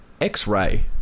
x-ray